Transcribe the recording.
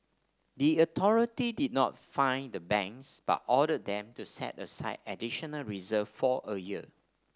the authority did not fine the banks but ordered them to set aside additional reserves for a year